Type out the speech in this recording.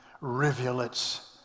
rivulets